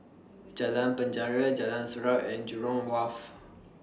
Jalan Penjara Jalan Surau and Jurong Wharf